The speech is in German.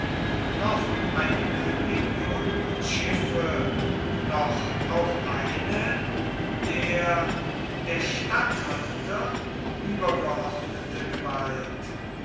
noch eigene legionen und schiffe noch auch eine der der statthalter übergeordnete gewalt